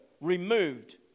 removed